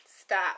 Stop